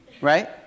Right